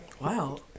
Wow